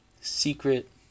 secret